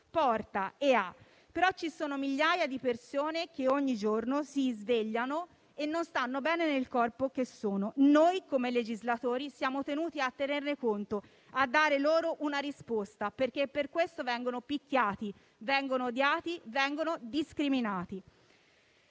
porta con sé, ma ci sono migliaia di persone che ogni giorno si svegliano e non stanno bene nel corpo che hanno. Noi, come legislatori, siamo tenuti a considerarlo, a dare loro una risposta, perché per questo vengono picchiati, vengono odiati, vengono discriminati.